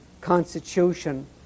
constitution